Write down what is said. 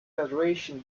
federation